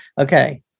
Okay